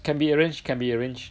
can be arranged can be arranged